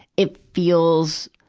it feels,